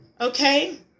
Okay